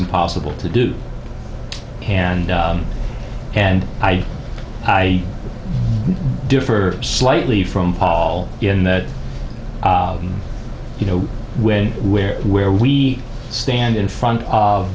impossible to do and and i i differ slightly from paul in that you know when where where we stand in front of